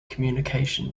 communication